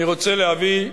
אני רוצה להביא,